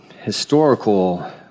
historical